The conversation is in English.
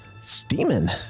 Steaming